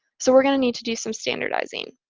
so we're going to need to do some standardizing.